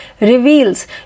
reveals